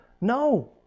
No